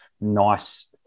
nice